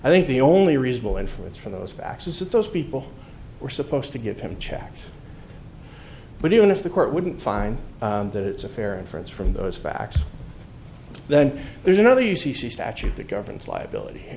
i think the only reasonable inference from those facts is that those people were supposed to give him checks but even if the court wouldn't find that it's a fair inference from those facts then there's another u c c statute that governs liability